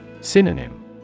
Synonym